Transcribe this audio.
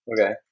Okay